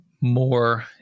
more